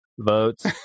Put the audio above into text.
votes